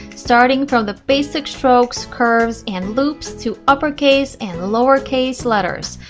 starting from the basic strokes, curves and loops to uppercase and lowercase letters.